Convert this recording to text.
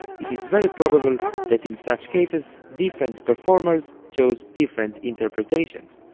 it is very probable that in such cases different performers chose different interpretations.